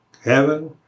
Heaven